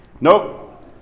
nope